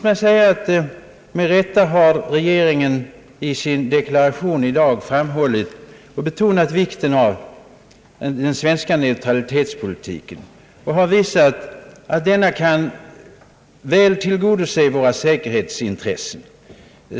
Regeringen har i sin deklaration i dag med rätta betonat vikten av den svenska neutralitetspolitiken och visat att denna väl kan tillgodose våra säkerhetsintressen.